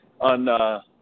on